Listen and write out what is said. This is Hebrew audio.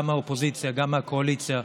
גם מהאופוזיציה וגם מהקואליציה,